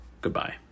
Goodbye